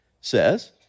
says